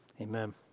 amen